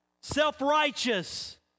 self-righteous